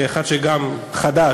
כאחד שהוא גם חדש,